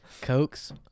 Cokes